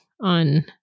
on